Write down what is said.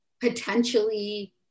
potentially